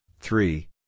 three